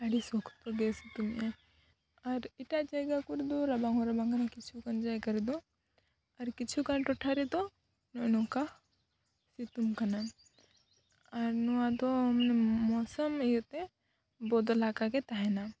ᱟᱹᱰᱤ ᱥᱚᱠᱛᱚᱜᱮ ᱥᱤᱛᱩᱝᱟᱭ ᱟᱨ ᱮᱴᱟᱜ ᱡᱟᱭᱜᱟ ᱠᱚᱨᱮ ᱫᱚ ᱨᱟᱵᱟᱝ ᱦᱚᱸ ᱨᱟᱵᱟᱝ ᱠᱟᱱᱟ ᱠᱤᱪᱷᱩ ᱜᱟᱱ ᱡᱟᱭᱜᱟ ᱨᱮᱫᱚ ᱟᱨ ᱠᱤᱪᱷᱩᱜᱟᱱ ᱴᱚᱴᱷᱟ ᱨᱮᱫᱚ ᱱᱚᱜᱼᱚᱸᱭ ᱱᱚᱝᱠᱟ ᱧᱩᱛᱩᱢ ᱠᱟᱱᱟ ᱟᱨ ᱱᱚᱣᱟ ᱫᱚ ᱢᱚᱣᱥᱚᱢ ᱤᱭᱟᱹᱛᱮ ᱵᱚᱫᱚᱞᱟᱠᱟᱜᱮ ᱛᱟᱦᱮᱱᱟ